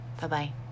Bye-bye